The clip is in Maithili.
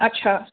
अच्छा